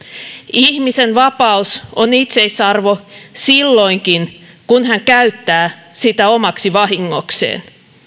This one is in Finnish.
ihmisen vapaus on itseisarvo silloinkin kun hän käyttää sitä omaksi vahingokseen